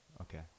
Okay